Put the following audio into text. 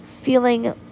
feeling